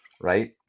right